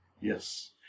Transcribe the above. Yes